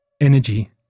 energy